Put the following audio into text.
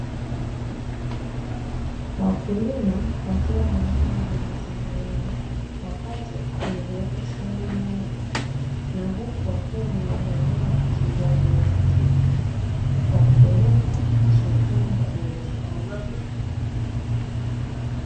Wakulima wakiwa wanavuna viazi mviringo wakati wameviweka sehemu moja, na huku wanaendelea kuchimbua viazi zaidi kwa kupeleka sokoni kuuza.